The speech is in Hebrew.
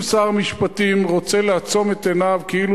אם שר המשפטים רוצה לעצום את עיניו כאילו